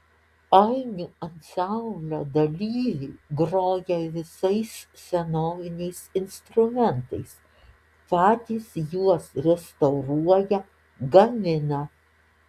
ainių ansamblio dalyviai groja visais senoviniais instrumentais patys juos restauruoja gamina